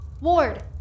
Ward